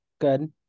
Good